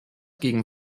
gegen